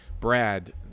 Brad